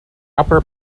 upper